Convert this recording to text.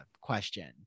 question